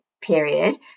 period